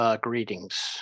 Greetings